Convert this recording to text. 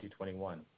2021